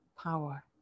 power